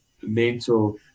mental –